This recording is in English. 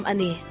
Ani